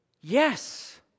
Yes